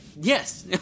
Yes